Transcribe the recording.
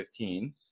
2015